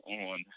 on